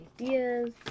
ideas